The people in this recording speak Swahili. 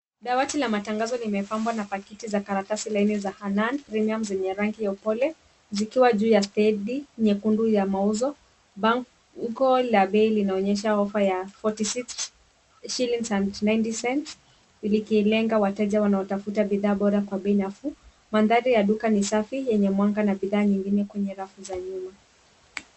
Dawati la matangazo limepambwa na pakiti za karatasi laini za Hanan Premium zenye rangi ya upole zikiwa juu ya stedi nyekundu ya mauzo bango iko na bei linaonyesha offer ya forty six shillings and ninety cents ikilenga wahitaji wanaotafuta bidhaa bora kwa bei nafuu . Mandhari ya duka ni safi yenye mwanga na bidha nyingine kwenye rafu za nyuma.